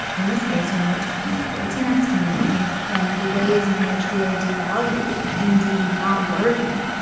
in this case, you know, we're talking about the latinx community and the ways in which we are devalued and deemed not worthy